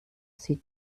sie